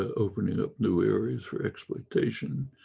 opening up new areas for exploitation,